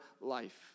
life